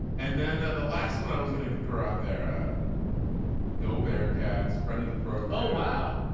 and then the last one i was going to throw out there a go bear cats friend of the program. wow.